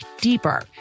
deeper